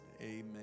Amen